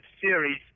series